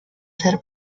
ser